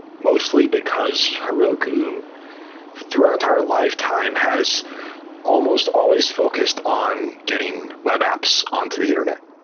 mostly because heroku through our entire lifetime has almost always focused on getting web apps onto the internet.